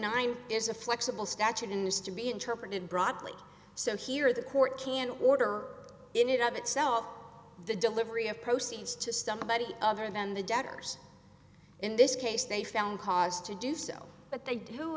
nine is a flexible statute in this to be interpreted broadly so here the court can order in it of itself the delivery of proceeds to somebody other than the debtors in this case they found cause to do so but they d